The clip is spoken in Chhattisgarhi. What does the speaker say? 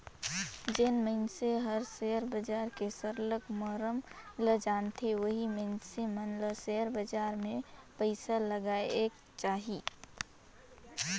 जेन मइनसे हर सेयर बजार के सरलग मरम ल जानथे ओही मइनसे मन ल सेयर बजार में पइसा लगाएक चाही